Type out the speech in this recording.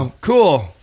Cool